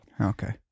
Okay